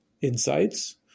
insights